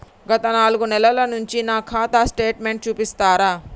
గత నాలుగు నెలల నుంచి నా ఖాతా స్టేట్మెంట్ చూపిస్తరా?